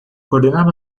coordenar